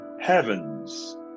heavens